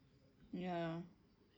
ya